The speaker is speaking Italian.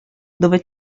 dove